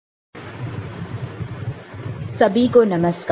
CMOS Logic सभी को नमस्कार